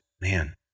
man